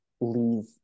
leave